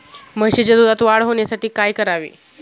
म्हशीच्या दुधात वाढ होण्यासाठी काय करावे?